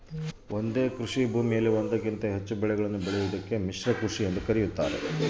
ಒಂದೇ ಕೃಷಿಭೂಮಿಯಲ್ಲಿ ಒಂದಕ್ಕಿಂತ ಹೆಚ್ಚು ಬೆಳೆಗಳನ್ನು ಬೆಳೆಯುವುದಕ್ಕೆ ಏನೆಂದು ಕರೆಯುತ್ತಾರೆ?